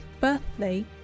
birthday